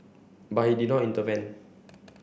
but he did not intervene